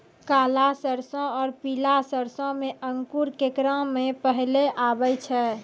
काला सरसो और पीला सरसो मे अंकुर केकरा मे पहले आबै छै?